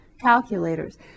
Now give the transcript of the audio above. calculators